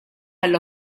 għall